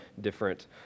different